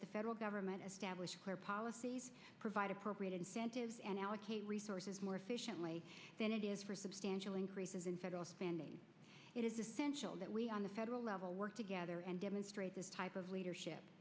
that the federal government establish their policies provide appropriate incentives and allocate resources more efficiently than it is for substantial increases in federal spending that we on the federal level work together and demonstrate this type of leadership